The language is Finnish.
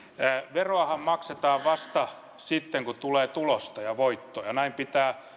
veroahan maksetaan vasta sitten kun tulee tulosta ja voittoa ja